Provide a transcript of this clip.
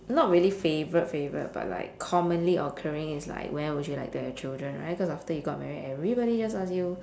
not really favourite favourite but like commonly occurring is like when would you like to have children right cause after you got married everybody just ask you